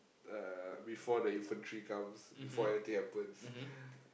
uh before the infantry comes before anything happens